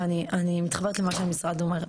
ואני מתחברת למה שהמשרד אומר,